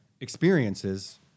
experiences